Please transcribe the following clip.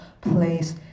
place